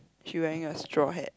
she wearing a straw hat